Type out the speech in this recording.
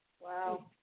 Wow